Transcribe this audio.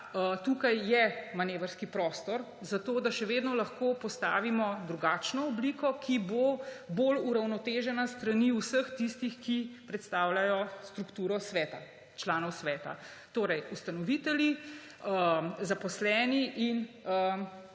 tukaj je manevrski prostor za to, da še vedno lahko postavimo drugačno obliko, ki bo bolj uravnotežena s strani vseh tistih, ki predstavljajo strukturo članov sveta: ustanovitelji, zaposleni in